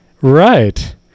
Right